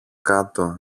κάτω